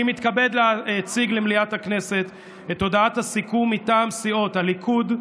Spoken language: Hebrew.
אני מתכבד להציג למליאת הכנסת את הודעת הסיכום מטעם סיעות הליכוד,